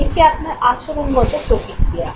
এটি আপনার আচরণগত প্রতিক্রিয়া